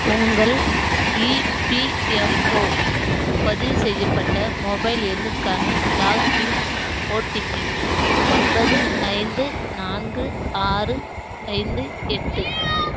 உங்கள் இபிஎஃப்ஒ பதிவு செய்யப்பட்ட மொபைல் எண்ணுக்கான லாக்இன் ஒடிபி ஒன்பது ஐந்து நான்கு ஆறு ஐந்து எட்டு